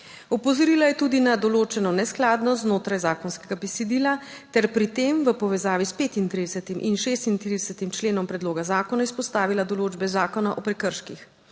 Opozorila je tudi na določeno neskladnost znotraj zakonskega besedila ter pri tem v povezavi s 35. in 36. Členom predloga zakona izpostavila določbe Zakona o prekrških.